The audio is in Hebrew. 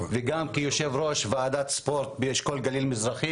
אני גם יושב ראש וועדת הספורט באשכול הגליל המזרחי